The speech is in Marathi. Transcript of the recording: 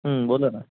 बोला ना